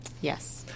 yes